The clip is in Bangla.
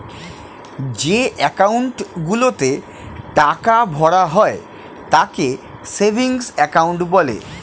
যে অ্যাকাউন্ট গুলোতে টাকা ভরা হয় তাকে সেভিংস অ্যাকাউন্ট বলে